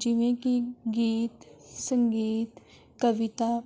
ਜਿਵੇਂ ਕਿ ਗੀਤ ਸੰਗੀਤ ਕਵਿਤਾ